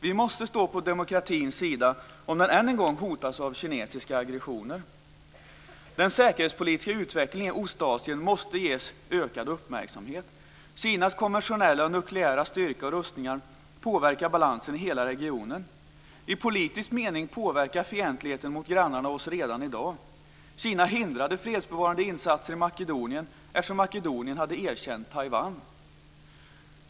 Vi måste stå på demokratins sida om den än en gång hotas av kinesiska aggressioner. Den säkerhetspolitiska utvecklingen i Ostasien måste ges ökad uppmärksamhet. Kinas konventionella och nukleära styrka och rustningar påverkar balansen i hela regionen. I politisk mening påverkar fientligheten mot grannarna oss redan i dag. Kina hindrade fredsbevarande insatser i Makedonien, eftersom Makedonien hade erkänt Taiwan.